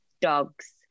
dogs